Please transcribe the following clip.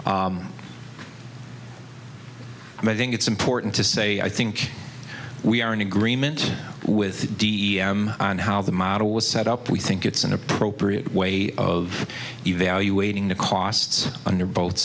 increases i think it's important to say i think we are in agreement with them on how the model was set up we think it's an appropriate way of evaluating the costs under both